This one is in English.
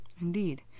Indeed